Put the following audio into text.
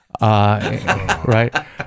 Right